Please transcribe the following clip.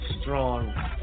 strong